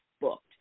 booked